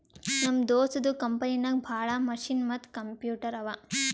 ನಮ್ ದೋಸ್ತದು ಕಂಪನಿನಾಗ್ ಭಾಳ ಮಷಿನ್ ಮತ್ತ ಕಂಪ್ಯೂಟರ್ ಅವಾ